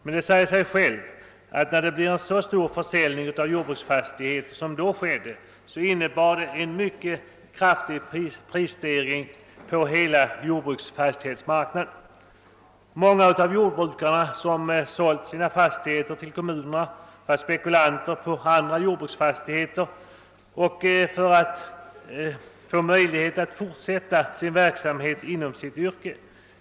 Men det säger sig självt att när det sker en så stor försäljning av jordbruksfastigheter som då var fallet innebär detta en mycket kraftig prisstegring på hela jordbruksfastighetsmarknaden. Många av de jordbrukare som sålt sina fastigheter till kommunerna blev spekulanter på andra jordbruksfastigheter för att få möjlighet att fortsätta verksamheten inom sitt yrke.